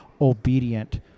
obedient